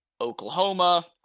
Oklahoma